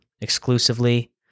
exclusively